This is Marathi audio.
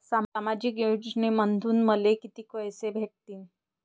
सामाजिक योजनेमंधून मले कितीक पैसे भेटतीनं?